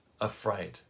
afraid